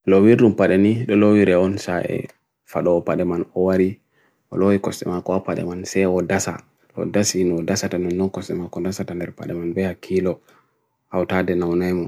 Do vallira watugo pade to pade mai famdini goddo.